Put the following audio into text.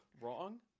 wrong